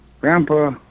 grandpa